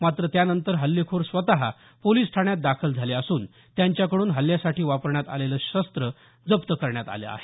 मात्र त्यानंतर हल्लेखोर स्वतः पोलिसठाण्यात दाखल झाले असून त्यांच्याकडून हल्ल्यासाठी वापरण्यात आलेले शस्त्र जप्त करण्यात आले आहेत